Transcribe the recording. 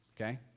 Okay